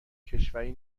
کشوری